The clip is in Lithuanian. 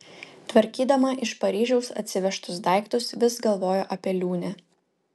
tvarkydama iš paryžiaus atsivežtus daiktus vis galvojo apie liūnę